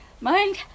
Mind